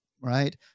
right